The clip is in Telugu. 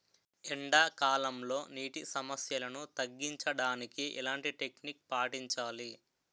ఎండా కాలంలో, నీటి సమస్యలను తగ్గించడానికి ఎలాంటి టెక్నిక్ పాటించాలి?